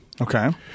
okay